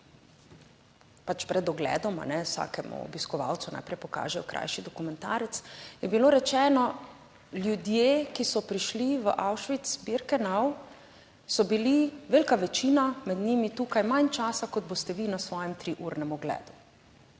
pač pred ogledom vsakemu obiskovalcu najprej pokažejo krajši dokumentarec, je bilo rečeno: ljudje, ki so prišli v Auschwitz-Birkenau so bili, velika večina med njimi tukaj manj časa kot boste vi na svojem triurnem ogledu,